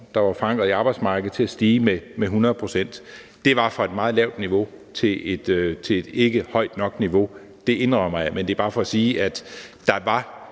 der var forankret på arbejdsmarkedet, til at stige med 100 pct. Det var fra et meget lavt niveau til et ikke højt nok niveau, det indrømmer jeg, men det er bare for at sige, at der var